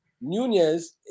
Nunez